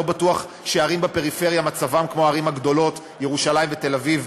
לא בטוח שערים בפריפריה מצבן כמו הערים הגדולות ירושלים ותל-אביב,